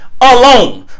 alone